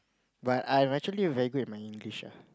but I actually very good in my English ah